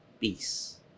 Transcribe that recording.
peace